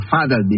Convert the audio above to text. Father